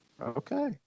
Okay